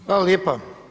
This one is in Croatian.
Hvala lijepa.